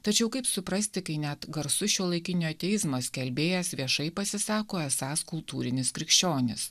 tačiau kaip suprasti kai net garsus šiuolaikinio teismo skelbėjas viešai pasisako esąs kultūrinis krikščionis